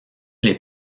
les